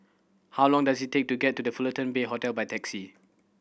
how long does it take to get to The Fullerton Bay Hotel by taxi